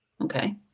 Okay